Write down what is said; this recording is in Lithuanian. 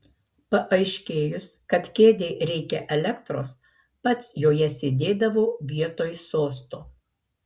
paaiškėjus kad kėdei reikia elektros pats joje sėdėdavo vietoj sosto